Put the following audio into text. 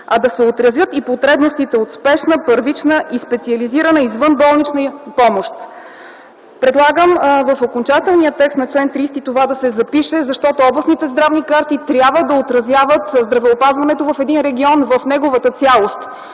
а да се отразят и потребностите от спешна, първична и специализирана извънболнична помощ. Предлагам в окончателния текст на чл. 30 това да се запише, защото областните здравни карти трябва да отразяват здравеопазването в един регион в неговата цялост,